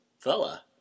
fella